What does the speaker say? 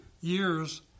years